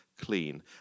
clean